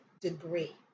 degree